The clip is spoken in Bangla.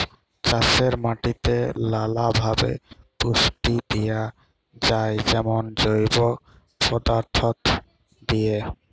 চাষের মাটিতে লালাভাবে পুষ্টি দিঁয়া যায় যেমল জৈব পদাথ্থ দিঁয়ে